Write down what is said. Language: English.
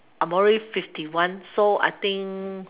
I'm already fifty one so I think